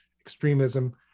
extremism